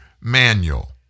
manual